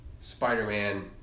Spider-Man